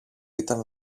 ήταν